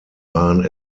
waren